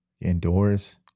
indoors